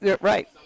Right